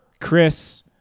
Chris